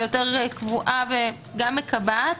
יותר קבועה וגם מקבעת.